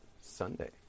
Sunday